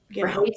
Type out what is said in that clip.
Right